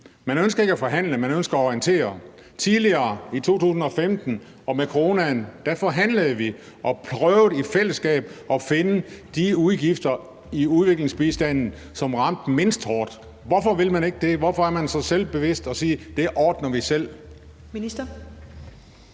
Man ønsker ikke at forhandle, man ønsker at orientere. Tidligere, i 2015, og under coronaen forhandlede vi og prøvede i fællesskab at finde de udgifter i udviklingsbistanden, som ramte mindst hårdt. Hvorfor vil man ikke det? Hvorfor er man så selvbevidst, at man siger: Det ordner vi selv?